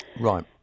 Right